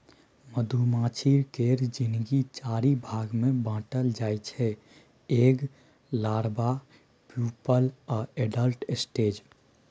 मधुमाछी केर जिनगी चारि भाग मे बाँटल जाइ छै एग, लारबा, प्युपल आ एडल्ट स्टेज